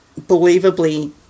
believably